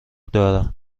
دارن